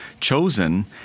chosen